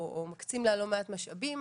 או מקצים בה לא מעט משאבים,